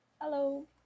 Hello